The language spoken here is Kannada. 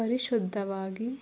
ಪರಿಶುದ್ಧವಾಗಿ